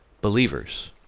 believers